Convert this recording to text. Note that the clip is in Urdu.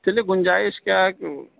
چلیے گنجائش کیا ہے کہ